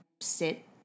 sit